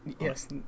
Yes